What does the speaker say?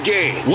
Game